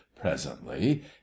presently